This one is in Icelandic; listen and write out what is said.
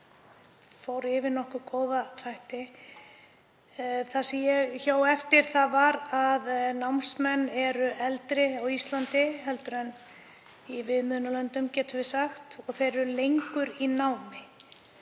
fór yfir nokkuð góða þætti. Það sem ég hjó eftir var að námsmenn eru eldri á Íslandi en í viðmiðunarlöndunum, getum við sagt, og eru lengur í námi.